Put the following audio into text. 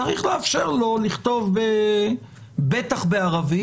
צריך לאפשר לו לכתוב בטח בערבית.